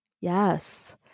Yes